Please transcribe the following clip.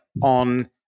on